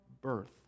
birth